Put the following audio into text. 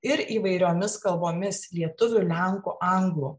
ir įvairiomis kalbomis lietuvių lenkų anglų